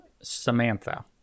Samantha